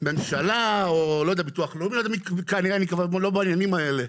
ממשלה או ביטוח לאומי, אני לא בעניינים האלה,